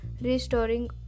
Restoring